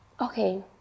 okay